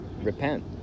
repent